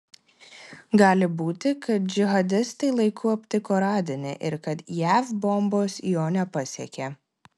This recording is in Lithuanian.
gali būti kad džihadistai laiku aptiko radinį ir kad jav bombos jo nepasiekė